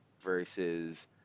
versus